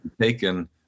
taken